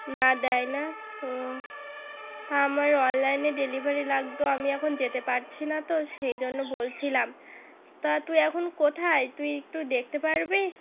না দেয় না ও তা আমার অনলাইনে ডেলিভারি লাগত আমি এখন যেতে পারছি না তো সেই জন্য বলছিলাম তা তুই এখন কোথায় তুই একটু দেখতে পারবি